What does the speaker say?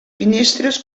finestres